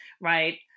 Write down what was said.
right